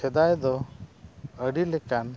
ᱥᱮᱫᱟᱭ ᱫᱚ ᱟᱹᱰᱤ ᱞᱮᱠᱟᱱ